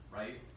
right